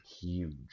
huge